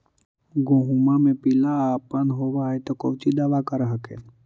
गोहुमा मे पिला अपन होबै ह तो कौची दबा कर हखिन?